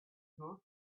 though